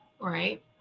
right